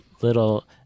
little